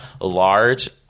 large